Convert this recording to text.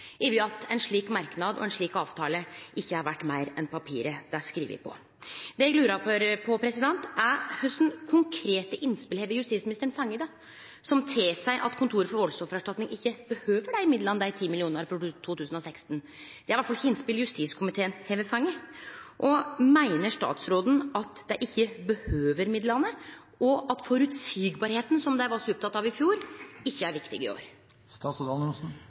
at ein slik merknad og ein slik avtale ikkje er verdt meir enn papiret det er skrive på. Det eg lurar på, er: Kva for konkrete innspel har justisministeren fått, som tilseier at Kontoret for valdsoffererstatning ikkje behøver dei midlane, dei 10 millionane, for 2016? Det er i alle fall innspel justiskomiteen har fått. Og meiner statsråden at dei ikkje behøver midlane, og at føreseielegheita, som dei var så opptekne av i fjor, ikkje er viktig i